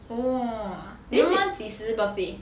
!wah! your 妈妈几时 birthday